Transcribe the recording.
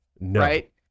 right